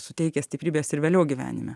suteikia stiprybės ir vėliau gyvenime